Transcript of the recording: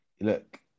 look